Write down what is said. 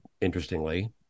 interestingly